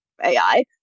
AI